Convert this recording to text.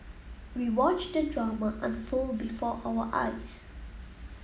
we watched the drama unfold before our eyes